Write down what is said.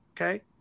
Okay